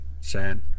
Sad